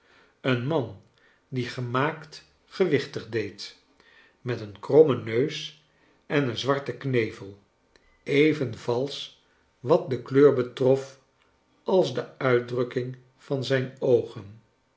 een man die gemaakt gewichtig deed met een krommeii neus en een zwarten kneve even valsch wat de kleur betrof als de uitdrukking van zijn oogen